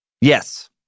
Yes